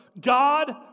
God